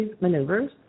maneuvers